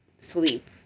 sleep